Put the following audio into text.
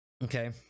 Okay